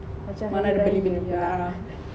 mana ada beli beli a'ah